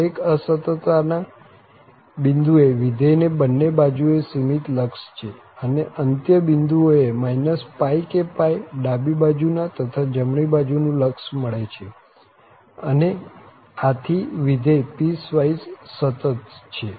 દરેક અસતતતા ના બિંદુ એ વિધેય ને બંને બાજુએ સીમિત લક્ષ છે અને અંત્ય બિંદુઓ એ π કે π ડાબી બાજુ તથા જમણી બાજુનું લક્ષ મળે છે અને આથી વિધેય પીસવાઈસ સતત છે